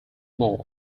more